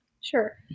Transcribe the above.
Sure